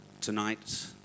tonight